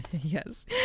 Yes